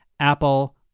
Apple